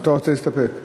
אתה רוצה להסתפק?